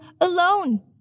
alone